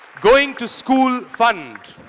going to school fund.